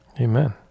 Amen